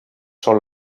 són